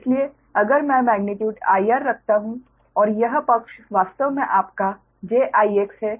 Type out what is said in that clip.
इसलिए अगर मैं मेग्नीट्यूड IR रखता हूं और यह पक्ष वास्तव में आपका j IX है